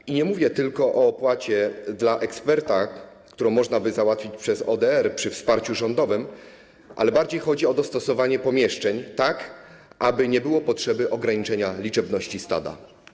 I nie mówię tylko o opłacie dla eksperta, którą można by załatwić przez ODR przy wsparciu rządowym, ale bardziej chodzi o dostosowanie pomieszczeń tak, aby nie było potrzeby ograniczenia liczebności stada.